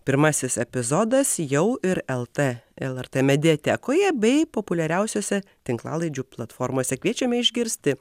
pirmasis epizodas jau ir lt lrt mediatekoje bei populiariausiose tinklalaidžių platformose kviečiame išgirsti